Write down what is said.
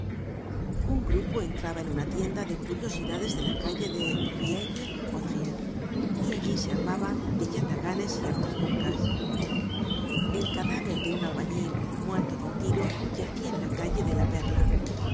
un grupo entraba en una tienda de curiosidades de la calle de vieilles haudriettes y allí se armaban de yataganes y armas turcas el cadáver de un albañil muerto de un tiro yacia en la calle de la perla